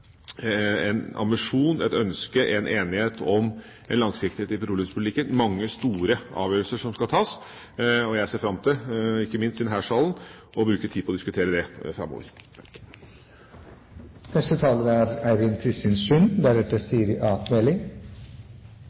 ambisjon, et ønske, en enighet om en langsiktighet i petroleumspolitikken. Mange store avgjørelser skal tas, og jeg ser fram til å bruke tid på å diskutere dette framover – ikke minst i denne salen.